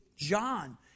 John